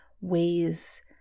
ways